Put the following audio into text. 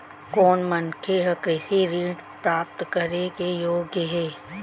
कोन मनखे ह कृषि ऋण प्राप्त करे के योग्य हे?